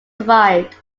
survived